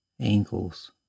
ankles